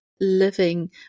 living